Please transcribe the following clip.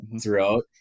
throughout